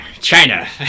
China